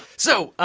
so,